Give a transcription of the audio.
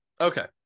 Okay